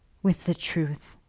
with the truth.